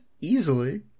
easily